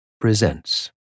presents